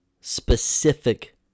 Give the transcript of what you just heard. specific